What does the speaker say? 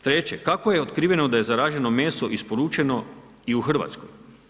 Treće, kako je otkriveno da je zaraženo meso isporučeno i u Hrvatskoj?